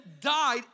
died